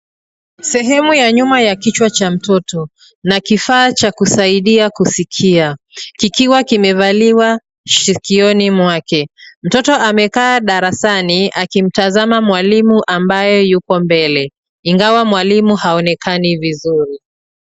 Sehemu ya nyuma ya kichwa cha mtoto na kifaa cha kusaidia kusikia kikiwa kimevaliwa sikioni mwake. Mtoto amekaa darasani akimtazama mwalimu ambaye yuko mbele ingawa mwalimu haonekani vizuri.